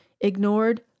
ignored